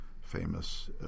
famous